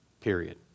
period